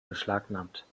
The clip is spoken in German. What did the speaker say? beschlagnahmt